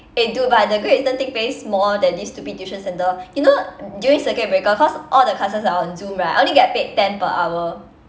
eh dude but the great eastern thing pays more than this stupid tuition centre you know during circuit breaker because all the classes are on zoom right I only get paid ten per hour